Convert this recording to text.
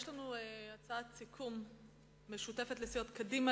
הצעת סיכום משותפת לסיעות קדימה,